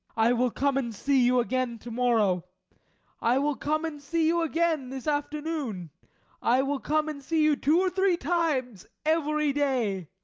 i will come and see you again to-morrow i will come and see you again this afternoon i will come and see you two or three times every day.